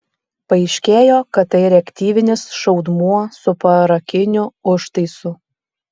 paaiškėjo kad tai reaktyvinis šaudmuo su parakiniu užtaisu